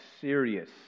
serious